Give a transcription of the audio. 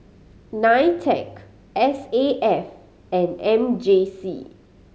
NITEC S A F and M J C